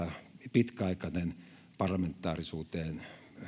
pitkäaikainen parlamentaarisuuteen